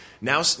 Now